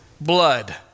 blood